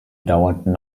dauerten